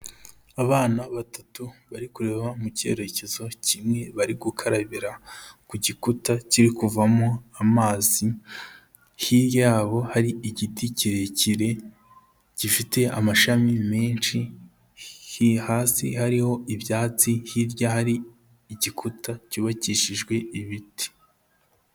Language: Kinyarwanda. Abana batatu bari kureba mu cyerekezo kimwe bari gukarabira ku gikuta kiri kuvamo amazi, hirya yabo hari igiti kirekire gifite amashami menshi, hasi hariho ibyatsi hirya hari igikuta cyubakishijwe ibiti.